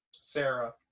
Sarah